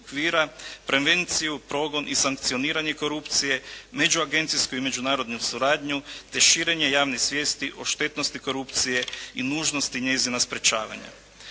prevenciju, progon i sankcioniranje korupcije, međuagencijsku i međunarodnu suradnju te širenje javne svijesti o štetnosti korupcije i nužnosti njezina sprečavanja.